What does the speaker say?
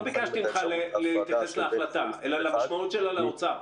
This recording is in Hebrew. ביקשתי להסביר את השלכותיה המקצועיות על עבודתכם באוצר.